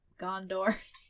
Gondor